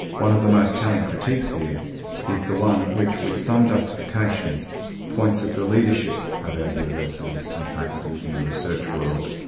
one of the most telling critiques here is the one which with some justification points at the leadership of our universities and faculties in the research world,